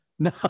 No